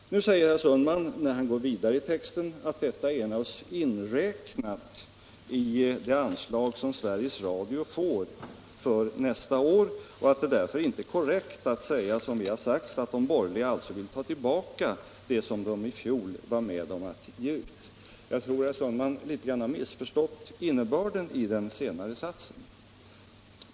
Nu säger herr Sundman, när han går vidare i texten, att detta naturligtvis är inräknat i det anslag som Sveriges Radio får för nästa år och att det därför inte är korrekt att som vi har gjort säga: ”De borgerliga vill alltså ta tillbaka det som de i fjol var med om att ge ut.” Jag tror herr Sundman har litet grand missförstått innebörden i den senare satsen.